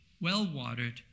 well-watered